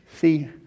See